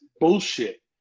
bullshit